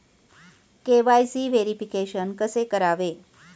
KYC verification कसे करावे?